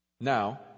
Now